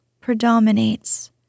predominates